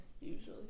usually